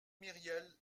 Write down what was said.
myriel